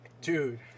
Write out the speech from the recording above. Dude